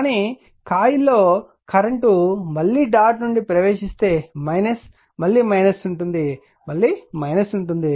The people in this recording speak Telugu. కానీ ఈ కాయిల్ లో కరెంట్ మళ్ళీ డాట్ నుండి ప్రవేశిస్తే మళ్ళీ ఉంటుంది మళ్ళీ ఉంటుంది